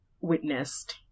witnessed